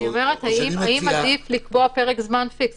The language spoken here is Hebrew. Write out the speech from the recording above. אני שואלת האם עדיף לקבוע פרק זמן פיקס.